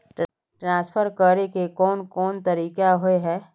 Transfer करे के कोन कोन तरीका होय है?